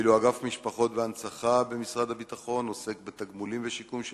ואילו אגף משפחות והנצחה במשרד הביטחון עוסק בתגמולים ובשיקום של